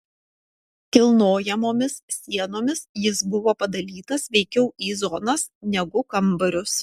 kilnojamomis sienomis jis buvo padalytas veikiau į zonas negu kambarius